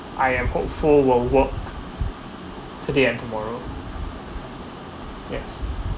I am hopeful will work today and tomorrow yes